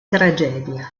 tragedia